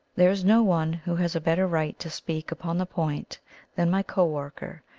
there is no one who has a better right to speak upon the point than my co-worker,